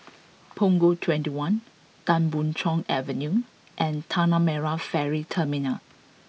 Punggol twenty one Tan Boon Chong Avenue and Tanah Merah Ferry Terminal